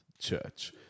church